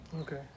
okay